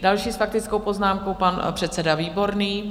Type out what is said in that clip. Další s faktickou poznámkou pan předseda Výborný.